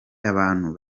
abantu